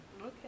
Okay